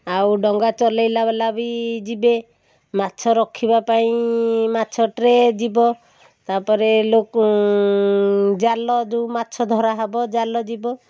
ଆଉ ଡଙ୍ଗା ଚଲେଇଲା ବାଲା ବି ଯିବେ ମାଛ ରଖିବା ପାଇଁ ମାଛ ଟ୍ରେ ଯିବ ତା'ପରେ ଲୋକ ଜାଲ ଯେଉଁ ମାଛ ଧରା ହେବ ଜାଲ ଯିବ